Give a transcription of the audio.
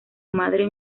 madre